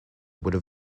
would